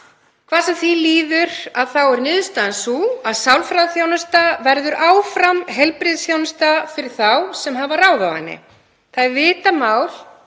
Hvað sem því líður þá er niðurstaðan sú að sálfræðiþjónusta verður áfram heilbrigðisþjónusta fyrir þá sem hafa ráð á henni. Það er vitað mál,